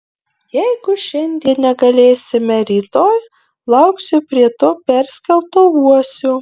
jeigu šiandien negalėsime rytoj lauksiu prie to perskelto uosio